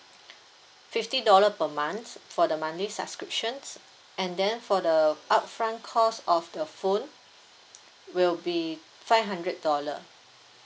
fifty dollar per month for the monthly subscription and then for the upfront cost of the phone will be five hundred dollar